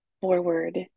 forward